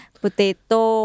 potato